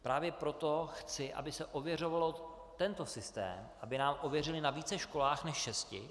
Právě proto chci, aby se ověřoval tento systém, aby nám ho ověřili na více školách než šesti.